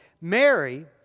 Mary